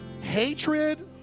hatred